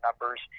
numbers